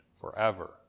forever